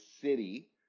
city